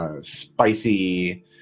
Spicy